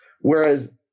Whereas